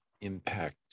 impact